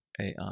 AI